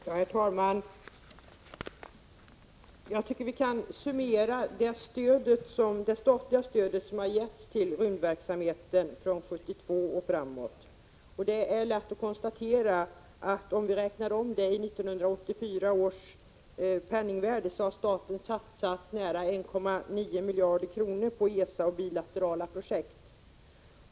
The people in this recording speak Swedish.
Herr talman! Låt mig summera det tekniska stöd som har getts till rymdverksamheten från 1972 och framåt. Det är lätt att konstatera, om vi räknar om till 1984 års penningvärde, att staten har satsat nära 1,9 miljarder kronor på ESA och bilaterala projekt.